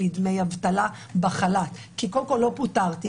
לי דמי אבטלה בחל"ת כי לא פוטרתי,